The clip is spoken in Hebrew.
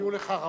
הפריעו לך רבות,